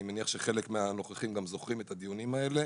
אני מניח שחלק מהנוכחים גם זוכרים את הדיונים האלה.